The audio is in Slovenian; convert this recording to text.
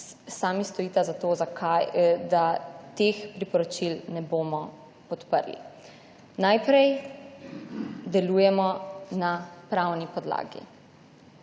sami stojita za to, zakaj, da teh priporočil ne bomo podprli. Najprej delujemo na pravni podlagi.